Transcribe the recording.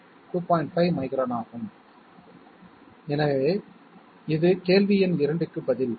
5 micron ஆகும் எனவே இது கேள்வி எண் 2 க்கு பதில்